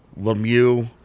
Lemieux